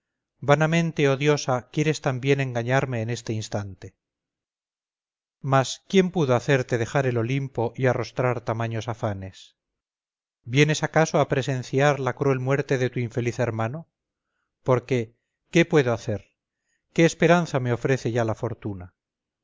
vanamente oh diosa quieres también engañarme en este instante mas quién pudo hacerte dejar el olimpo y arrostrar tamaños afanes vienes acaso a presenciar la cruel muerte de tu infeliz hermano porque qué puedo hacer que esperanza me ofrece ya la fortuna